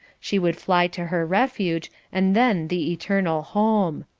she would fly to her refuge, and then the eternal home.